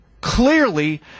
clearly